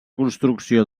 construcció